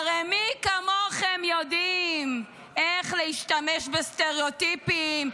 הרי מי כמוכם יודעים איך להשתמש בסטראוטיפים,